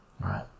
right